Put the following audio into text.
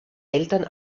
eltern